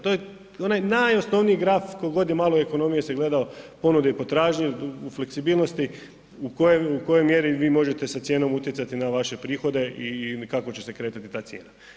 To je onaj najosnovniji graf, tko god je malo ekonomije se gledao ponude i potražnje u fleksibilnosti u kojoj mjeri vi možete sa cijenom utjecati na vaše prihode i kako će se kretati ta cijena.